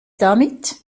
damit